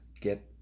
get